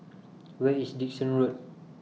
Where IS Dickson Road